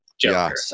Joker